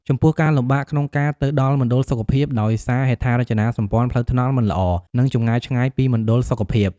ចំពោះការលំបាកក្នុងការទៅដល់មណ្ឌលសុខភាព ដោយសារហេដ្ឋារចនាសម្ព័ន្ធផ្លូវថ្នល់មិនល្អ និងចម្ងាយឆ្ងាយពីរមណ្ឌលសុខភាព។